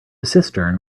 cistern